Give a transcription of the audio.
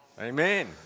Amen